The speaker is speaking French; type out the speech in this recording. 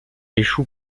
échoue